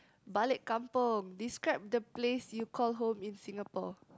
balik kampung describe the place you call home in Singapore